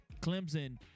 Clemson